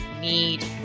need